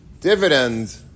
dividend